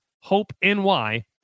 HOPE-NY